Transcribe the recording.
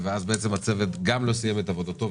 והצוות לא סיים את עבודתו,